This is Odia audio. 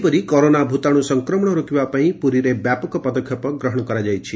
ସେହିପରି କରୋନା ଭୂତାଣୁ ସଂକ୍ରମଣ ରୋକିବା ପାଇଁ ପୁରୀରେ ବ୍ୟାପକ ପଦକ୍ଷେପ ନିଆଯାଇଛି